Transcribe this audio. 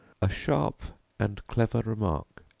a sharp and clever remark,